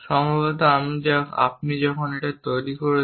সম্ভবত আপনি যখন এটি তৈরি করছেন